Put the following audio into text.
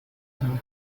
her